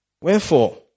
Wherefore